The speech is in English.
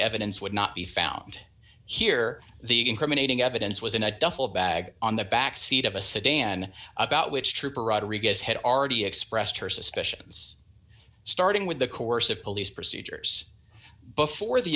evidence would not be found here the incriminating evidence was in a duffel bag on the back seat of a sedan about which trooper rodriguez had already expressed her suspicions starting with the coercive police procedures before the